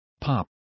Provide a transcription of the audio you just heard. pop